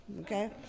Okay